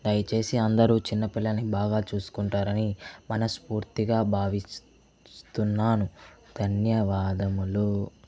దయచేసి అందరూ చిన్న పిల్లని బాగా చూసుకుంటారని మనస్ఫూర్తిగా భావిస్తున్నాను ధన్యవాదములు